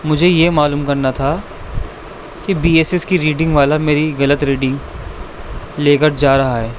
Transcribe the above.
مجھے یہ معلوم کرنا تھا کہ بی ایس ایس کی ریڈنگ والا میری غلط ریڈنگ لے کر جا رہا ہے